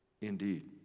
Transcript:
indeed